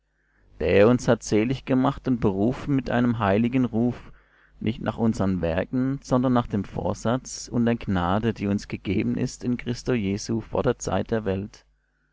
der uns hat selig gemacht und berufen mit einem heiligen ruf nicht nach unsern werken sondern nach dem vorsatz und der gnade die uns gegeben ist in christo jesu vor der zeit der welt